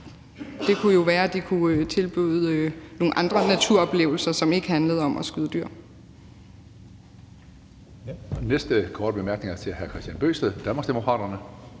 Det kunne jo være, at de kunne tilbyde nogle andre naturoplevelser, som ikke handlede om at skyde dyr.